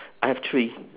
I have three